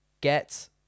get